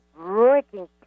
breaking